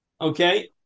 Okay